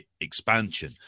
expansion